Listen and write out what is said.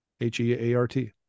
H-E-A-R-T